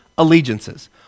allegiances